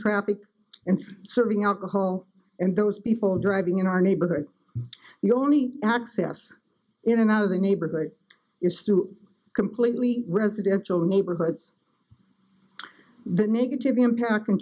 traffic and serving alcohol and those people driving in our neighborhood the only access in and out of the neighborhood is to completely residential neighborhoods the negative impact can